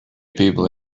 people